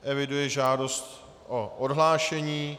Eviduji žádost o odhlášení.